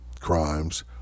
crimes